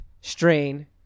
strain